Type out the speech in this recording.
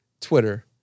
Twitter